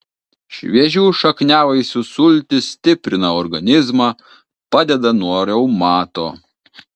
šviežių šakniavaisių sultys stiprina organizmą padeda nuo reumato